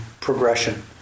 progression